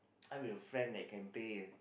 I will friend that campaign